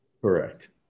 Correct